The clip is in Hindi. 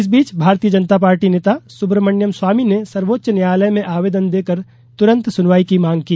इस बीच भारतीय जनता पार्टी नेता सुब्रमण्यम स्वामी ने सर्वोच्च न्यायालय में आवेदन देकर तुरंत सुनवाई की मांग की